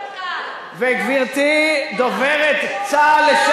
לא כשהוא הרמטכ"ל.